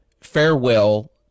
farewell